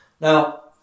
Now